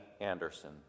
Anderson